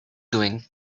doing